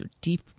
Deep